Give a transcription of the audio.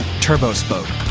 turbospoke.